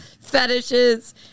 fetishes